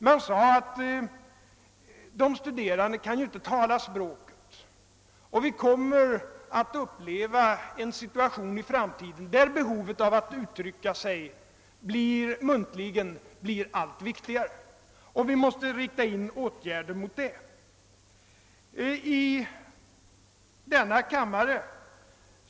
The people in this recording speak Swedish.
Man sade att de studerande inte kunde tala främmande språk och att vi i framtiden skulle få uppleva en situation där behovet att kunna uttrycka sig muntligt blev allt starkare. Vi måste därför inrikta våra åtgärder på det, framhöll man.